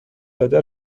داده